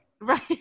Right